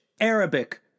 Arabic